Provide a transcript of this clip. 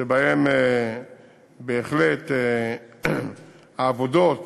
שבהם בהחלט העבודות